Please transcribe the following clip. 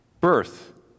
birth